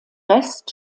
rest